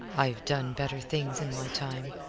i've done better things in my time.